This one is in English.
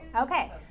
Okay